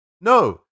no